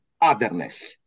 Otherness